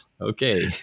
Okay